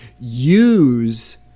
use